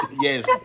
Yes